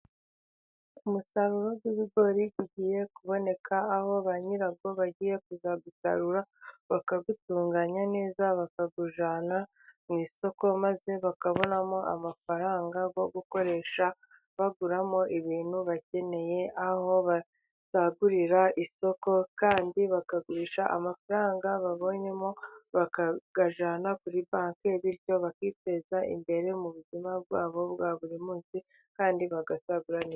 Umusaruro w'ibigori ugiye kuboneka, aho ba nyirawo bagiye kuzawusarura bakagutunganya neza, bakawujyana mu isoko, maze bakabonamo amafaranga yo gukoresha baguramo ibintu bakeneye, aho basagurira isoko, kandi bakagurisha amafaranga babonyemo bakayajyana kuri banki, bityo bakiteza imbere mu buzima bwabo bwa buri munsi, kandi bagasagura...